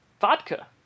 vodka